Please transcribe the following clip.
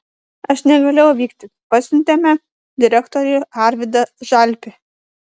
aš negalėjau vykti pasiuntėme direktorių arvydą žalpį